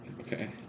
okay